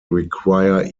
require